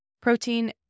protein